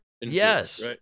Yes